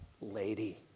lady